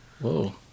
Whoa